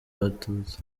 abatutsi